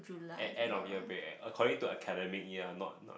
end end of year break eh according to academic year not not